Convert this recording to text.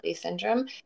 syndrome